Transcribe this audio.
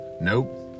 Nope